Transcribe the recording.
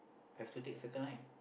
have to take Circle Line